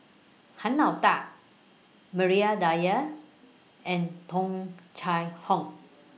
Han Lao DA Maria Dyer and Tung Chye Hong